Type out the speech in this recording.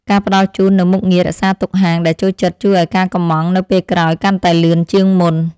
ការផ្តល់ជូននូវមុខងាររក្សាទុកហាងដែលចូលចិត្តជួយឱ្យការកុម្ម៉ង់នៅពេលក្រោយកាន់តែលឿនជាងមុន។